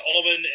almond